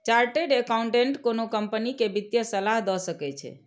chartered accountant कोनो company कें वित्तीय सलाह दए सकै छै